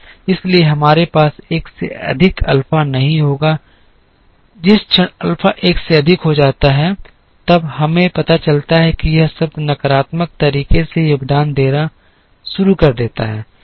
इसलिए हमारे पास 1 से अधिक अल्फा नहीं होगा जिस क्षण अल्फा 1 से अधिक हो जाता है तब हमें पता चलता है कि यह शब्द नकारात्मक तरीके से योगदान देना शुरू कर देता है